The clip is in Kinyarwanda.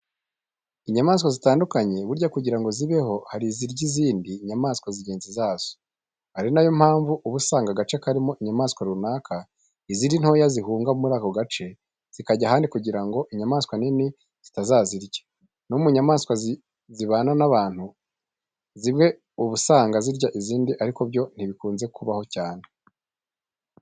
Inyamaswa zitandukanye burya kugira ngo zibeho hari izirya izindi nyamaswa zigenzi zazo. Ari na yo mpamvu uba usanga agace karimo inyamaswa runaka izindi ntoya zihunga muri ako gace zikajya ahandi kugira ngo inyamaswa nini zitazazirya. No mu nyamaswa zibana n'abantu zimwe uba usanga zirya izindi ariko byo ntibikunze kubaho cyane.